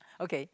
okay